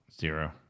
Zero